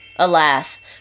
Alas